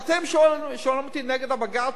ואתם שואלים אותי נגד הבג"ץ,